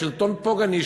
שלטון פוגעני,